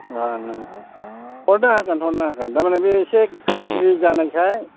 जानो हरनो हागोन हरनो हागोन थारमाने बे एसे गाज्रि जानायखाय